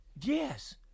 Yes